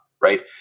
right